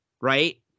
right